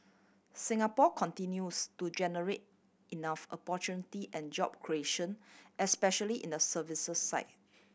Singapore continues to generate enough opportunity and job creation especially in the services side